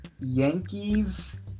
Yankees